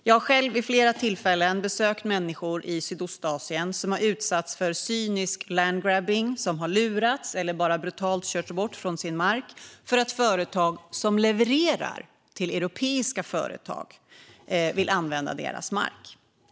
Jag har själv vid flera tillfällen besökt människor i Sydostasien som har utsatts för cynisk land grabbing. De har lurats eller bara brutalt körts bort från sin mark för att företag som levererar till europeiska företag vill använda deras mark.